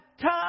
time